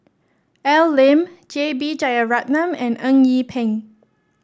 Al Lim J B Jeyaretnam and Eng Yee Peng